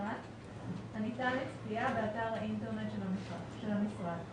הניתן לצפייה באתר האינטרנט של המשרד.